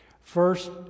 First